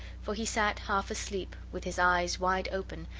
for he sat half-asleep, with his eyes wide open,